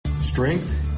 Strength